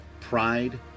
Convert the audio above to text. pride